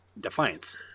Defiance